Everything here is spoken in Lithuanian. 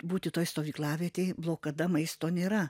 būti toj stovyklavietėj blokada maisto nėra